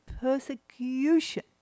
persecution